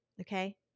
Okay